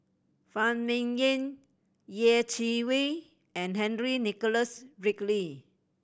Phan Ming Yen Yeh Chi Wei and Henry Nicholas Ridley